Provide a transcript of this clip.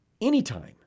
anytime